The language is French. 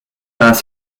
dans